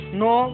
no